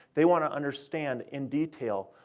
they want to understand, in detail,